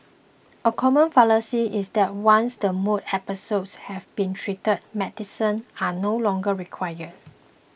a common fallacy is that once the mood episodes have been treated medicines are no longer required